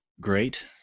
great